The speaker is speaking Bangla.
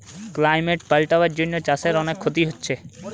ক্লাইমেট পাল্টাবার জন্যে চাষের অনেক ক্ষতি হচ্ছে